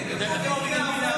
מיכאל,